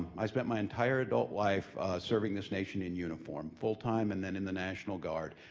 i spent my entire adult life serving this nation in uniform. full time, and then in the national guard.